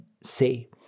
say